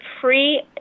free